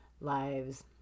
lives